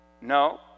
No